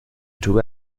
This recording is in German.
tube